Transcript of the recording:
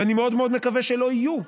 ואני מאוד מאוד מקווה שלא יהיו,